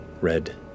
red